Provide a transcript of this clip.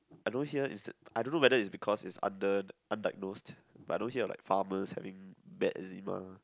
I don't hear I don't know whether is because it is under undiagnosed but I don't hear like farmers having bad eczema